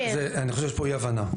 אני חושב שיש פה אי הבנה.